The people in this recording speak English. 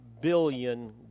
billion